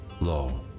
Lo